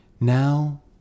Now